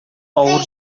авыр